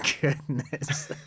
goodness